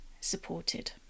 supported